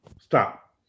Stop